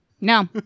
No